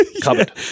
Covered